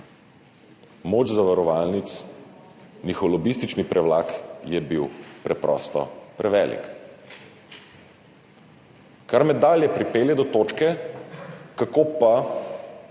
Moč zavarovalnic, njihov lobistični privlak je bil preprosto prevelik. Kar me pripelje do točke, kako pa